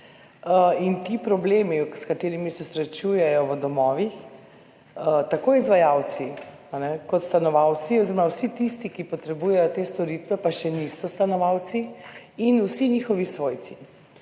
s temi problemi, s katerimi se srečujejo v domovih, tako izvajalci kot stanovalci oziroma vsi tisti, ki potrebujejo te storitve, pa še niso stanovalci, in vsi njihovi svojci.